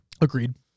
Agreed